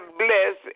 bless